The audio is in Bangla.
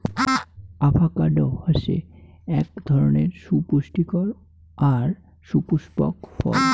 আভাকাডো হসে আক ধরণের সুপুস্টিকর আর সুপুস্পক ফল